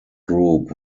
group